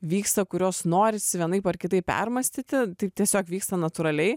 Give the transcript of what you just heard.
vyksta kuriuos norisi vienaip ar kitaip permąstyti tai tiesiog vyksta natūraliai